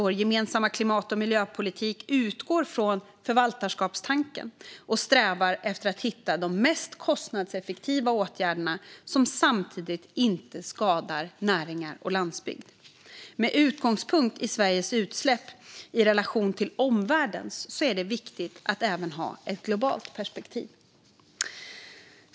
Vår gemensamma klimat och miljöpolitik utgår från förvaltarskapstanken och strävar efter att hitta de mest kostnadseffektiva åtgärderna, som samtidigt inte skadar näringar och landsbygd. Med utgångspunkt i Sveriges utsläpp i relation till omvärldens är det viktigt att även ha ett globalt perspektiv.